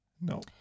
no